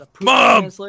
Mom